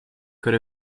could